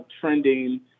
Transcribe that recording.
trending